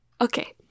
Okay